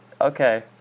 Okay